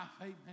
amen